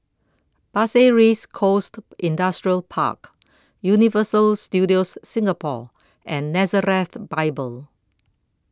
Pasir Ris Coast Industrial Park Universal Studios Singapore and Nazareth Bible